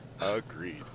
Agreed